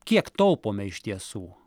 kiek taupome iš tiesų